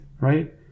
right